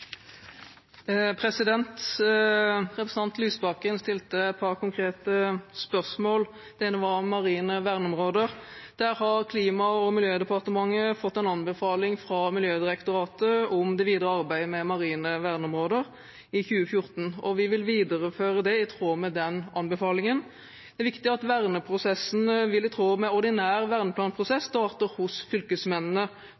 Lysbakken stilte et par konkrete spørsmål. Det ene var om marine verneområder. Der har Klima- og miljødepartementet fått en anbefaling fra Miljødirektoratet om det videre arbeidet med marine verneområder i 2014, og vi vil videreføre det i tråd med den anbefalingen. Det er viktig at verneprosessene – i tråd med ordinær